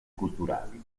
culturali